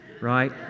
right